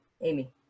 Amy